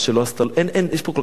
שר אחד שיהיה לענייני מסתננים.